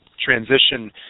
transition